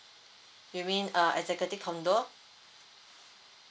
you mean uh executive condo